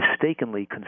mistakenly